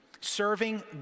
serving